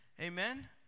Amen